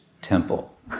temple